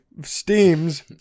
steams